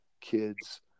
kids